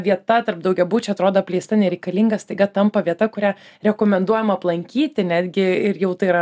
vieta tarp daugiabučių atrodo apleista nereikalinga staiga tampa vieta kurią rekomenduojama aplankyti netgi ir jau tai yra